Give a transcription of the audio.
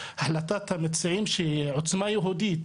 החלטת המציעים שעוצמה יהודית